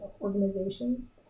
organizations